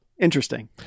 interesting